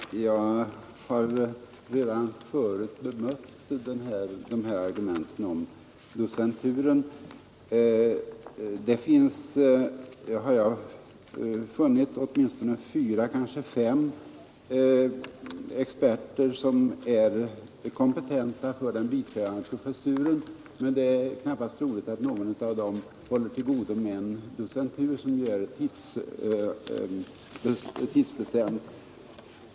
Herr talman! Jag har redan förut bemött dessa argument om docenturen. Jag har funnit att det finns åtminstone fyra, kanske fem, experter som är kompetenta för den biträdande professuren men att ingen av dem har råd eller intresse att ta en docentur, som ju är tidsbestämd.